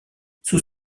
sous